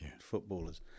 footballers